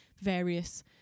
various